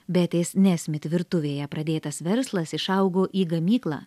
betė nesmit virtuvėje pradėtas verslas išaugo į gamyklą